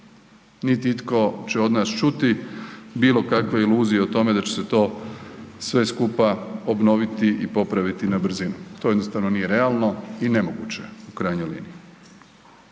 niti itko će od nas čuti bilo kakve iluzije o tome da će se to sve skupa obnoviti i popraviti na brzinu, to jednostavno nije realno i nemoguće je u krajnjoj liniji.